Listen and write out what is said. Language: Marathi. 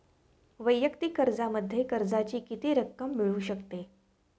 वैयक्तिक कर्जामध्ये कर्जाची किती रक्कम मिळू शकते?